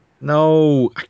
No